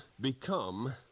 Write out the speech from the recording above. become